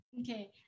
Okay